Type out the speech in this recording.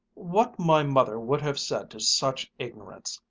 what my mother would have said to such ignorance,